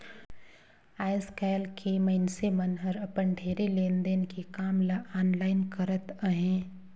आएस काएल के मइनसे मन हर अपन ढेरे लेन देन के काम ल आनलाईन करत अहें